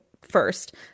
first